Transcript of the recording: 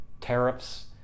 tariffs